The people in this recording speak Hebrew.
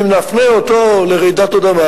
אם נפנה אותו לרעידת אדמה,